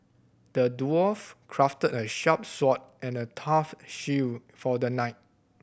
the dwarf crafted a sharp sword and a tough shield for the knight